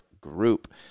group